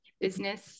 business